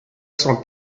san